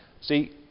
See